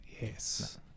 Yes